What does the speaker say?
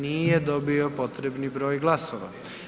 Nije dobio potrebni broj glasova.